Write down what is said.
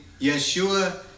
Yeshua